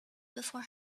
before